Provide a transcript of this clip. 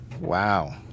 Wow